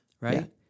right